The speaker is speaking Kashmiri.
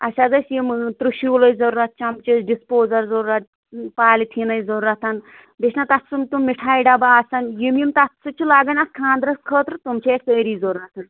اَسہِ حظ ٲسۍ یِم تُرٛشوٗل ٲسۍ ضروٗرت چمچہِ ٲسۍ ڈِسپورل ضروٗرت پالِتھیٖن ٲسۍ ضروٗرت بیٚیہِ چھِنا تَتھ سُم تِم مِٹھایہِ ڈَبہٕ آسان یِم یِم تَتھ سۭتۍ چھِ لَگان اَتھ خانٛدرس خٲطرٕ تِم چھِ اَسہِ سٲری ضروٗرت